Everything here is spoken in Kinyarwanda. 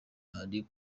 hari